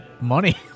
money